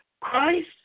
Christ